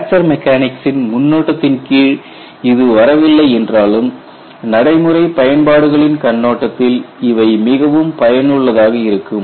fracture மெக்கானிக்சின் முன்னோட்டத்தின் கீழ் இது வரவில்லை என்றாலும் நடைமுறை பயன்பாடுகளின் கண்ணோட்டத்தில் இவை மிகவும் பயனுள்ளதாக இருக்கும்